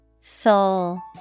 Soul